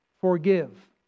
forgive